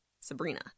Sabrina